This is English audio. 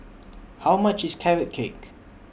How much IS Carrot Cake